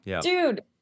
Dude